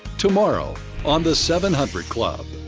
tomorrow on the seven hundred club.